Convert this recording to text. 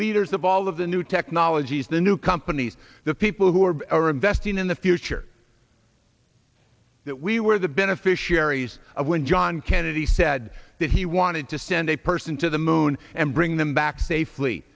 leaders of all of the new technologies the new companies the people who are are investing in the future that we were the beneficiaries of when john kennedy said that he wanted to send a person to the moon and bring them back safely